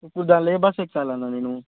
ఇప్పుడు దానీలో ఏ బస్ ఎక్కాలి అన్నా నేను